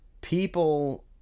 People